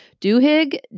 Duhigg